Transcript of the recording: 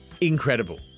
Incredible